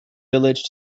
village